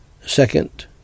Second